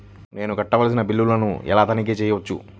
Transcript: నేను కట్టవలసిన బిల్లులను ఎలా తనిఖీ చెయ్యవచ్చు?